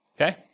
okay